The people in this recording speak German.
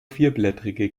vierblättrige